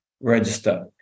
register